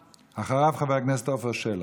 אחריו, חבר הכנסת עפר שלח.